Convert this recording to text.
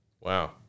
Wow